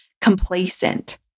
complacent